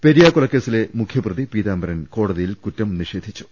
പെരിയ കൊലക്കേസിലെ മുഖ്യപ്രതി പീതാംബരൻ ക്യോടതിയിൽ കുറ്റം നിഷേധിച്ചു